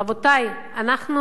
רבותי, אנחנו